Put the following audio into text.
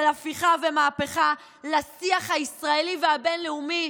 הפיכה ומהפכה לשיח הישראלי והבין-לאומי.